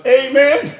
amen